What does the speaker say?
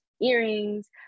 earrings